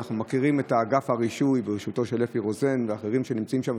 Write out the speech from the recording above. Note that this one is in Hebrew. ואנחנו מכירים את אגף הרישוי בראשותו של אפי רוזן ואחרים שנמצאים שם.